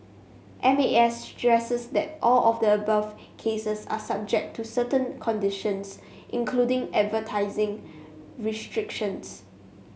M A S stresses that all of the above cases are subject to certain conditions including advertising restrictions